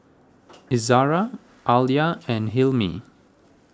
Izzara Alya and Hilmi